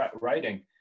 writing